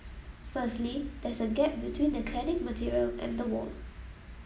firstly there's a gap between the cladding material and the wall